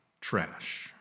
trash